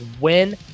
win